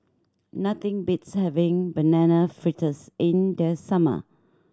nothing beats having Banana Fritters in the summer